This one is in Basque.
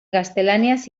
gaztelaniaz